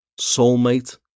soulmate